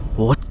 will